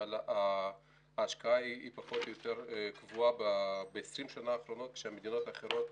אבל ההשקעה היא פחות או יותר קבוע ב-20 השנים האחרונות כשבמדינות אחרות